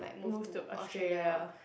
move to Australia